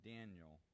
Daniel